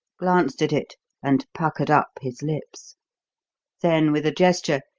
glanced at it, and puckered up his lips then, with a gesture,